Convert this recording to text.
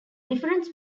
difference